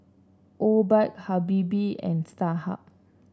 Obike Habibie and Starhub